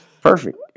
Perfect